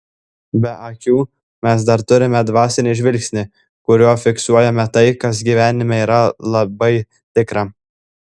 be akių mes dar turime dvasinį žvilgsnį kuriuo fiksuojame tai kas gyvenime yra labai tikra